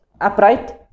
upright